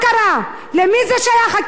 למי זה שייך, קיסריה הזאת?